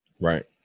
Right